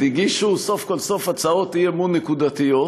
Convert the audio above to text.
הגישו סוף כל סוף הצעות אי-אמון נקודתיות,